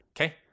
okay